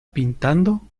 pintando